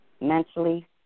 mentally